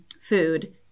food